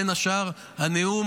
בין השאר הנאום,